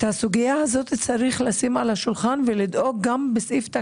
את הסוגיה הזאת צריך לשים על השולחן ולדאוג גם בסעיף תקציבי.